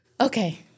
Okay